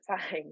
time